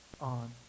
on